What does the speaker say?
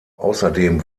außerdem